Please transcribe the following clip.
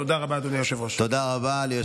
תודה רבה, אדוני היושב-ראש.